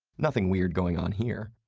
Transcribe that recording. nothing weird going on here.